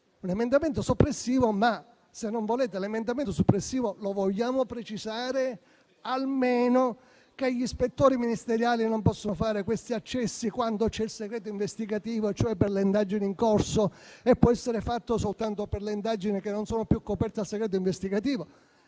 emendamento soppressivo; tuttavia, se non accettate l'emendamento soppressivo, vogliamo almeno precisare che gli ispettori ministeriali non possono fare questi accessi quando c'è il segreto investigativo, cioè per le indagini in corso, e che possono essere fatti soltanto per le indagini non più coperte dal segreto investigativo?